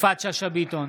יפעת שאשא ביטון,